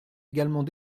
également